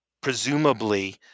presumably